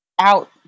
out